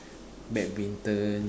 badminton